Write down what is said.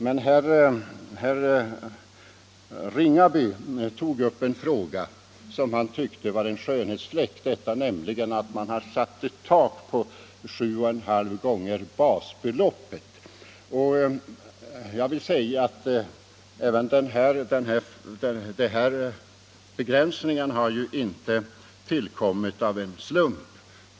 Herr Ringaby tog emellertid upp en fråga som han tyckte var en skönhetsfläck, nämligen att det satts ett tak vid 7,5 gånger basbeloppet. Inte heller den här begränsningen har tillkommit av en slump.